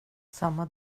samma